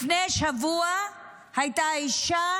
לפני שבוע הייתה אישה